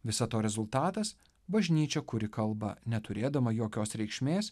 visa to rezultatas bažnyčia kuri kalba neturėdama jokios reikšmės